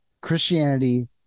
Christianity